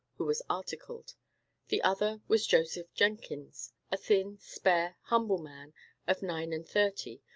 who was articled the other was joseph jenkins, a thin, spare, humble man of nine and thirty,